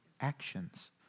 actions